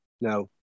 no